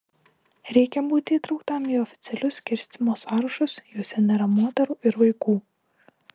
reikia būti įtrauktam į oficialius skirstymo sąrašus juose nėra moterų ir vaikų